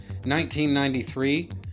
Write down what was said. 1993